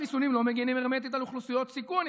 החיסונים לא מגינים הרמטית על אוכלוסיות בסיכון.